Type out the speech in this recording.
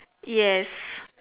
yes